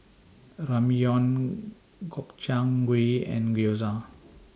Ramyeon Gobchang Gui and Gyoza